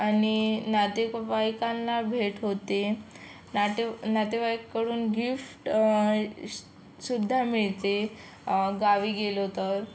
आणि नातेवाईकांना भेट होते नाते नातेवाईकडून गिफ्ट सुद्धा मिळते गावी गेलो तर